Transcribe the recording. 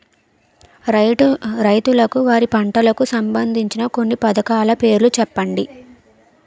రైతులకు వారి పంటలకు సంబందించిన కొన్ని పథకాల పేర్లు చెప్పండి?